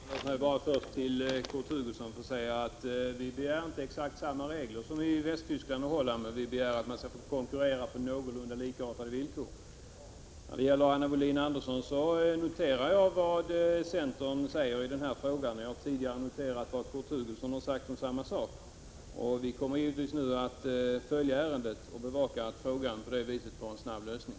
Fru talman! Låt mig bara först säga till Kurt Hugosson: Vi begär inte exakt samma regler som i Västtyskland, men vi begär att man skall kunna konkurrera på någorlunda likartade villkor. När det gäller Anna Wohlin-Andersson noterar jag vad centern säger i den här frågan, och jag har tidigare noterat vad Kurt Hugosson har sagt om samma sak. Vi kommer nu givetvis att följa ärendet och bevaka att frågan på det sättet får en snabb lösning.